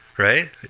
Right